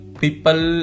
people